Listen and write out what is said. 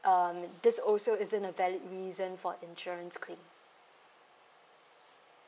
um this also isn't a valid reason for insurance claim